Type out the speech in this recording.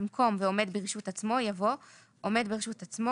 במקום "ועומד ברשות עצמו" יבוא "עומד ברשות עצמו",